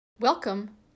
Welcome